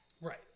Right